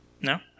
No